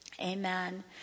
amen